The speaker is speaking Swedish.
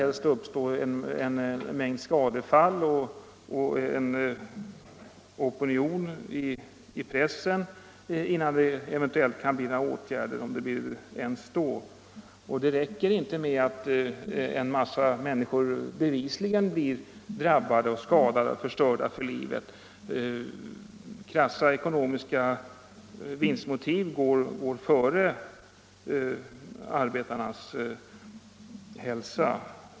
Helst skall det uppstå en mängd skadefall och en opinion i pressen innan myndigheterna eventuellt vidtar några åtgärder, om man gör det ens då. Det räcker inte med att en massa människor bevisligen blir skadade och förstörda för livet. Krassa ekonomiska vinstmotiv går före arbetarnas hälsa.